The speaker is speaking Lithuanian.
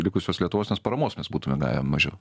likusios lietuvos nes paramos mes būtume gavę mažiau